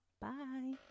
Bye